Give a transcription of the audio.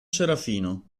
serafino